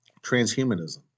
Transhumanism